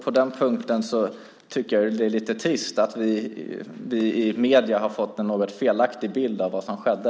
På den punkten är det lite trist att vi i medierna har fått en något felaktig bild av vad som skedde.